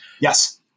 Yes